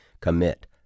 commit